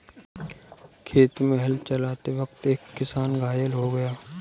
खेत में हल चलाते वक्त एक किसान घायल हो गया